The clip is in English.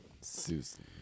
Susan